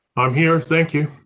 i'm here, thank you.